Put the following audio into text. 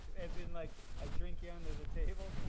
as in like i drink you under the table,